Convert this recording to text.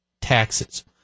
taxes